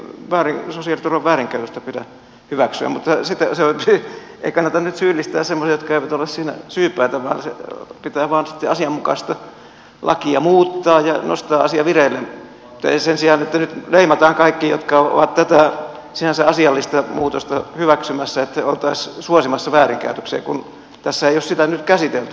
ei sosiaaliturvan väärinkäytöstä pidä hyväksyä mutta ei kannata nyt syyllistää semmoisia jotka eivät ole siinä syypäitä vaan pitää vain sitten asianmukaista lakia muuttaa ja nostaa asia vireille sen sijaan että nyt leimataan kaikki jotka ovat tätä sinänsä asiallista muutosta hyväksymässä ikään kuin oltaisiin suosimassa väärinkäytöksiä vaikka tässä ei ole sitä asiaa nyt käsitelty